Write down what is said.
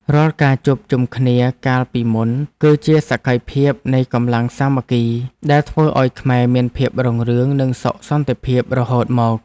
រាល់ការជួបជុំគ្នាកាលពីមុន គឺជាសក្ខីភាពនៃកម្លាំងសាមគ្គីដែលធ្វើឱ្យខ្មែរមានភាពរុងរឿងនិងសុខសន្តិភាពរហូតមក។